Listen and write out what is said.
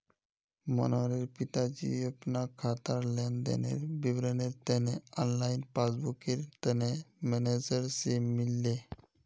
मनोहरेर पिताजी अपना खातार लेन देनेर विवरनेर तने ऑनलाइन पस्स्बूकर तने मेनेजर से मिलले